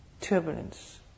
turbulence